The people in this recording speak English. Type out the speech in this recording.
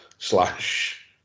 slash